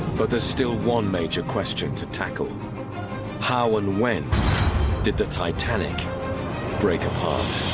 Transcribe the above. but there's still one major question to tackle how and when did the titanic break apart